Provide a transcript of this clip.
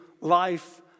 life